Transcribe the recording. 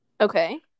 Okay